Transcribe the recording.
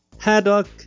haddock